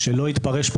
תודה רבה.